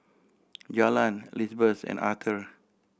Jalen Lizbeth and Arther